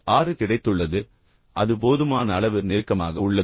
6 கிடைத்துள்ளது அது போதுமான அளவு நெருக்கமாக உள்ளது